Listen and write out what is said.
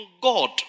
God